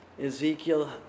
Ezekiel